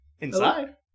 Inside